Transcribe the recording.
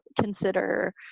consider